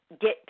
get